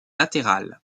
latéral